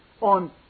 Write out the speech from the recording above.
on